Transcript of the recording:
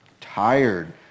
Tired